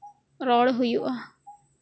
ᱨᱚᱲ ᱦᱩᱭᱩᱜᱼᱟ